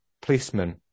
policeman